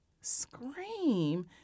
scream